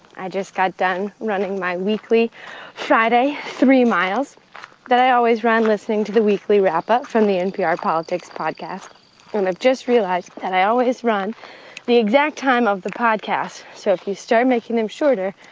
i just got done running my weekly friday three miles that i always run listening to the weekly wrap-up from the npr politics podcast. and i've just realized but that i always run the exact time of the podcast, so if you start making them shorter,